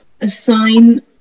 assign